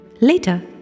Later